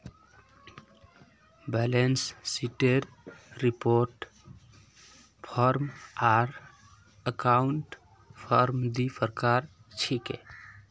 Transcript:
balance शीटेर report form आर account form दी प्रकार छिके